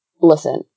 listen